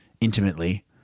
intimately